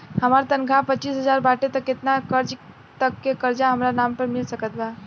हमार तनख़ाह पच्चिस हज़ार बाटे त केतना तक के कर्जा हमरा नाम पर मिल सकत बा?